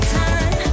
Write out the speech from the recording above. time